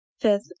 Fifth